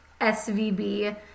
SVB